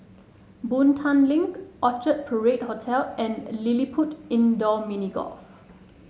Boon Tat Link Orchard Parade Hotel and LilliPutt Indoor Mini Golf